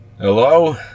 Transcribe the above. Hello